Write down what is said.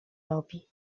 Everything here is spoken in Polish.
robi